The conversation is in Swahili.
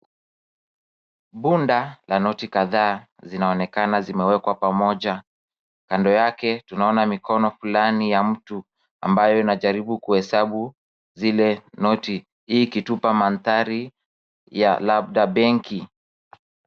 Bunda la noti kadhaa zinaonekana zimewekwa pamoja. Kando yake tunaona mikono fulani ya mtu ambayo inajaribu kuhesabu zile noti hii ikitupa mandhari ya labda benki.